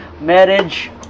marriage